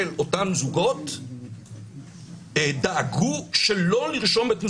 אותם זוגות דאגו שלא לרשום את נישואיהם,